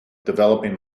developing